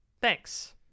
thanks